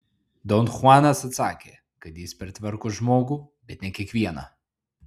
don chuanas atsakė kad jis pertvarko žmogų bet ne kiekvieną